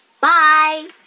Bye